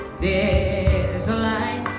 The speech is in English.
the there's a light